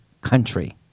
country